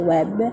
Web